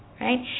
Right